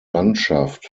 landschaft